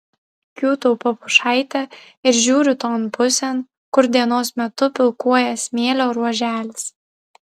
kiūtau po pušaite ir žiūriu ton pusėn kur dienos metu pilkuoja smėlio ruoželis